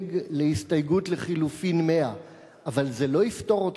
לדלג להסתייגות לחלופין 100. אבל זה לא יפטור אותך,